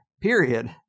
period